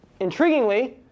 intriguingly